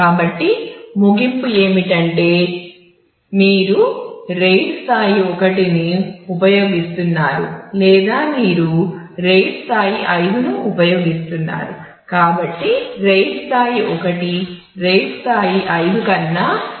కాబట్టి ముగింపు ఏమిటంటే మీరు RAID స్థాయి 1 ను ఉపయోగిస్తున్నారు లేదా మీరు RAID స్థాయి 5 ను ఉపయోగిస్తున్నారు